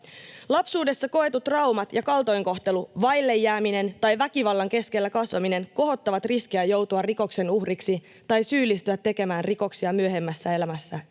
Lapsuudessa koetut traumat ja kaltoinkohtelu, vaille jääminen tai väkivallan keskellä kasvaminen kohottavat riskiä joutua rikoksen uhriksi tai syyllistyä tekemään rikoksia myöhemmässä elämässä itse.